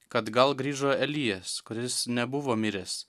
kad gal grįžo elijas kuris nebuvo miręs